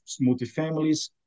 multifamilies